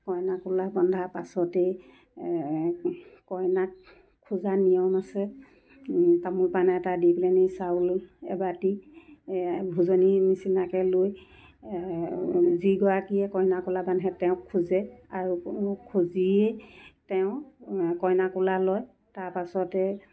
কইনা কোলা বন্ধা পাছতেই কইনাক খোজা নিয়ম আছে তামোল পাণ এটা দি পেলানি চাউল এবাতি ভোজনী নিচিনাকৈ লৈ যিগৰাকীয়ে কইনা কোলা বান্ধে তেওঁক খোজে আৰু খুজিয়ে তেওঁ কইনা কোলা লয় তাৰ পাছতে